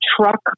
truck